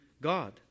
God